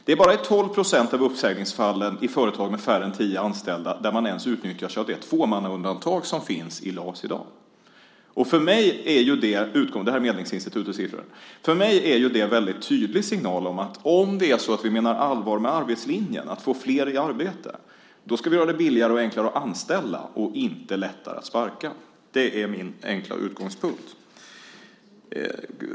Det är i bara 12 % av uppsägningsfallen i företag med färre än tio anställda där man ens utnyttjar sig av det tvåmannaundantag som finns i LAS i dag. Det är Medlingsinstitutets siffror. För mig är det en tydlig signal om att om vi menar allvar med arbetslinjen, att få flera i arbete, ska vi göra det billigare och enklare att anställa, inte lättare att sparka. Det är min enkla utgångspunkt.